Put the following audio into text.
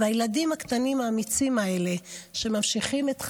הילדים הקטנים האמיצים האלה, שממשיכים את חייהם,